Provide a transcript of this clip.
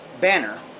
banner